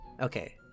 Okay